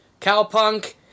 Cowpunk